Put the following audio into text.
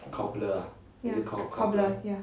ya cobbler ya